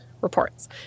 Reports